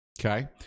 Okay